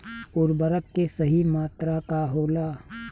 उर्वरक के सही मात्रा का होला?